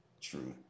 True